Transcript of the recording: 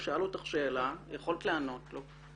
הוא שאל אותך שאלה, יכולת לענות לו.